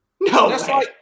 No